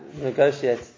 negotiate